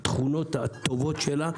בתכונות הטובות שלה,